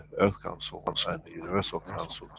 earth council um so and the universal council,